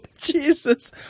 Jesus